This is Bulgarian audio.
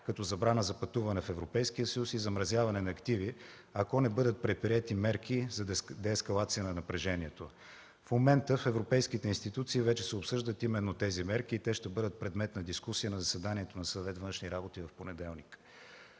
като забрана за пътуване в Европейския съюз и замразяване на активи, ако не бъдат предприети мерки за деескалация на напрежението. В момента в европейските институции вече се обсъждат именно тези мерки и те ще бъдат предмет на дискусия на заседанието на Съвет „Външни работи” в понеделник.